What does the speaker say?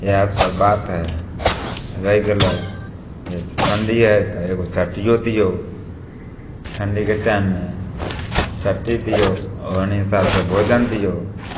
इएहसब बात हइ रहि गेलै ठण्डी हइ तऽ एगो चटिओ दिऔ ठण्डीके टाइममे चट्टी दिऔ ओहन हिसाबसे भोजन दिऔ